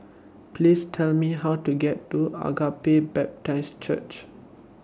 Please Tell Me How to get to Agape Baptist Church